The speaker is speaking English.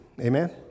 Amen